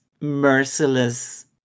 merciless